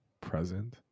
present